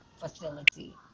facility